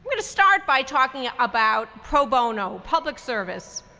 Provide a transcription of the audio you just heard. but to start by talking about pro bono, public service.